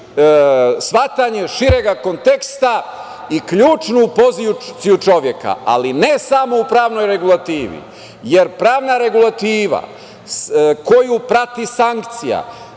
shvatanje širega konteksta i ključnu poziciju čoveka. Ali, ne samo u pravnoj regulativi, jer pravna regulativa koju prati sankcija,